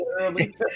early